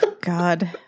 God